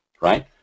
Right